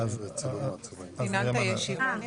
הישיבה נעולה.